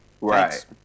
right